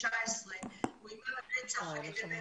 ב-18/10/2019 אוימה ברצח על ידי בן זוגה בנשק חם,